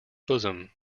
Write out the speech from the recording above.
bosom